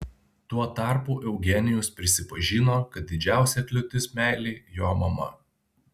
tuo tarpu eugenijus prisipažino kad didžiausia kliūtis meilei jo mama